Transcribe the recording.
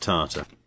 Tartar